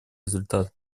результат